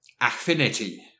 Affinity